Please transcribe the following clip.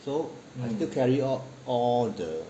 so I still carry out all the